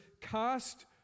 cast